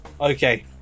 okay